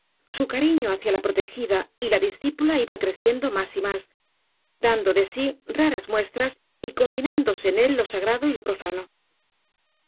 su cariño hacia la protegida y la discípula iba creciendo más y más dando de sí raras muestras y combinándose en él lo sagrado y lo profano